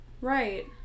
Right